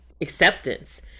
acceptance